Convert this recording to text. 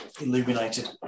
illuminated